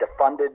defunded